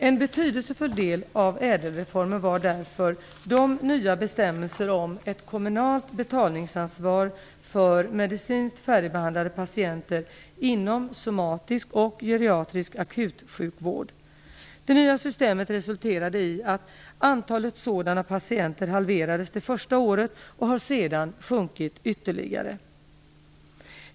En betydelsefull del av ÄDEL-reformen var därför de nya bestämmelserna om ett kommunalt betalningsansvar för medicinskt färdigbehandlade patienter inom somatisk och geriatrisk akutsjukvård. Det nya systemet resulterade i att antalet sådana patienter halverades det första året, och det har sedan sjunkit ytterligare.